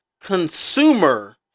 Consumer